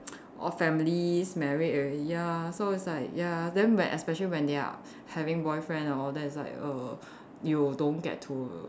or families married already ya so it's like ya then when especially when they are having boyfriend all that is like err you don't get to